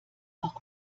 auch